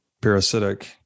parasitic